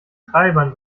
treibern